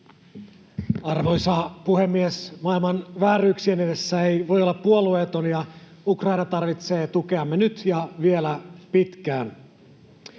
Arvoisa puhemies! Maailman vääryyksien edessä ei voi olla puolueeton, ja Ukraina tarvitsee tukeamme nyt ja vielä pitkään.